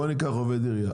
בוא ניקח עובד עירייה,